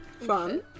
fun